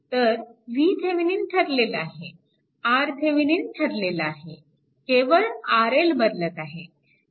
तर VThevenin ठरलेला आहे RThevenin ठरलेला आहे केवळ RL बदलत आहे